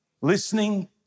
listening